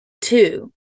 two